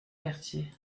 quartier